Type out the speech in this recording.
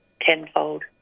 tenfold